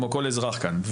כמו כל אזרח כאן.